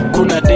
Kuna